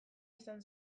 izan